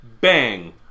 Bang